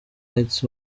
rights